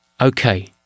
Okay